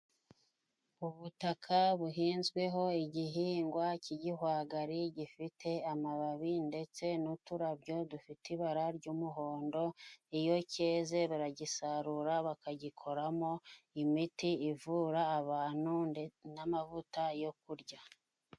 Ibutaka buhinzweho igihingwa cy'igihwagari gifite amababi ndetse n'uturabyo dufite ibara ry'umuhondo, iyo cyeze baragisarura bakagikoramo imiti ivura abantu n'amavuta yo kurya.